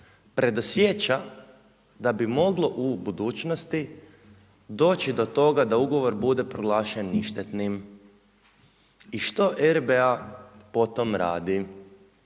predosjeća da bi moglo u budućnosti doći do toga da ugovor bude proglašen ništetnim i što RBA po tom radi?